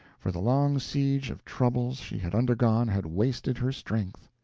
for the long siege of troubles she had undergone had wasted her strength.